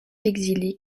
exilé